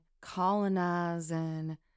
colonizing